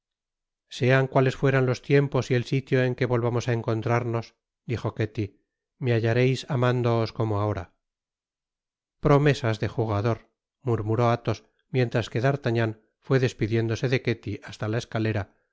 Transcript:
sean i cuales fuere los tiem pos y el isrtio en que volvamos á encontrarnos dijo ketty me hallareis amándoos como ahora promesas de jugador murmuró albos miewtras que d'artagnan fué despidiéndose de ketty hasta la escalera